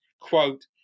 quote